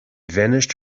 vanished